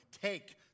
Take